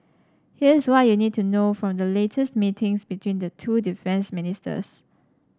here's what you need to know from the latest meetings between the two defence ministers